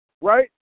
Right